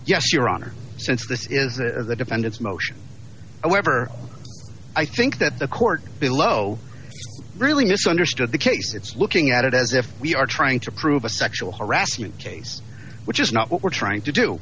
yes your honor since this is the defendant's motion however i think that the court below really misunderstood the case it's looking at it as if we are trying to prove a sexual harassment case which is not what we're trying to do